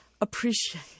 appreciate